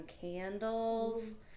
candles